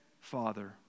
father